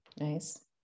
nice